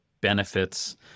benefits